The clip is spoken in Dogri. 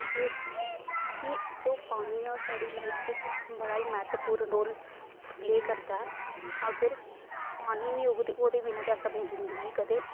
ते जेह्ड़ा पानी ऐ ओह् साढ़ी लाईफ बिच बड़ा ई महत्वपूर्ण रोल प्ले करदा अगर पानी गै निं होग ते ओह्दे बिना अस जिंदगी कदें